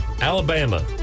Alabama